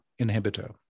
inhibitor